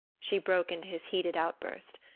she broke into his heated outburst.